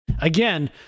Again